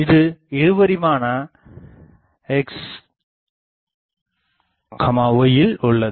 இது இருபரிமாண xy யில் உள்ளது